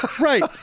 Right